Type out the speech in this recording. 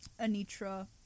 Anitra